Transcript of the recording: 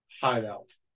hideout